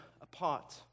apart